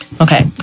Okay